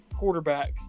quarterbacks